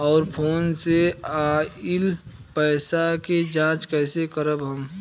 और फोन से आईल पैसा के जांच कैसे करब हम?